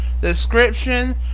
Description